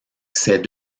ces